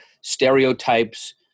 stereotypes